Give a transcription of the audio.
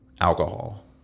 alcohol